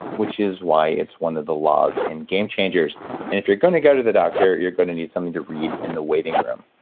which is why it's one of the laws in game changers and if you're going to go to the doctor, you're going to need something to read in the waiting room.